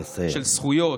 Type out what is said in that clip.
של זכויות,